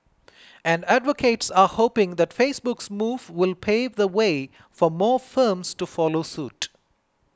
and advocates are hoping that Facebook's move will pave the way for more firms to follow suit